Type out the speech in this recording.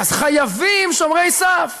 אז חייבים שומרי סף: